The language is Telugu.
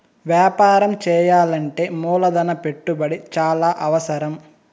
వ్యాపారం చేయాలంటే మూలధన పెట్టుబడి చాలా అవసరం